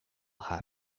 happen